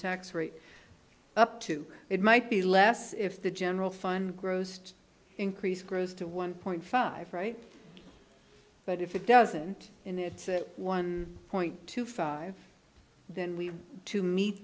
tax rate up to it might be less if the general fund grossed increase grows to one point five right but if it doesn't and it's one point two five then we have to meet